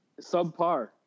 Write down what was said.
Subpar